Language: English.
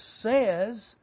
says